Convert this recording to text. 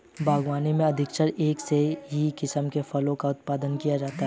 बागवानी में अधिकांशतः एक ही किस्म के फलों का उत्पादन किया जाता है